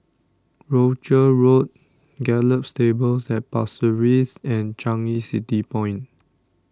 Rochor Road Gallop Stables at Pasir Ris and Changi City Point